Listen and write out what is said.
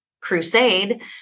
crusade